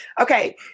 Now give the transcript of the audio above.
okay